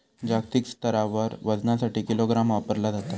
जागतिक स्तरावर वजनासाठी किलोग्राम वापरला जाता